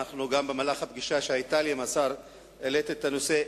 גם במהלך הפגישה שהיתה לי עם השר העליתי את הנושא.